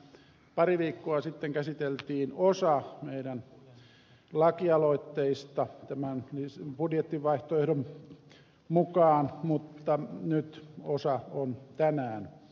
pari viikkoa sitten käsiteltiin osa meidän lakialoitteistamme tämän budjettivaihtoehdon mukaan mutta nyt osa on tänään